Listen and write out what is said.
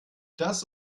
das